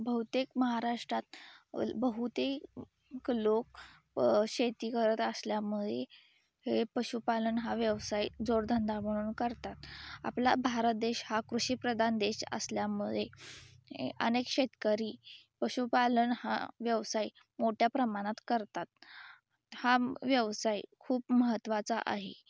बहुतेक महाराष्ट्रात बहुतेक लोक शेती करत असल्यामुळे हे पशुपालन हा व्यवसाय जोडधंदा म्हणून करतात आपला भारत देश हा कृषिप्रधान देश असल्यामुळे अनेक शेतकरी पशुपालन हा व्यवसाय मोठ्या प्रमाणात करतात हा व्यवसाय खूप महत्त्वाचा आहे